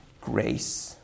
grace